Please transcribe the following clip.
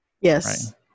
Yes